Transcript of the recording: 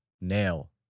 nail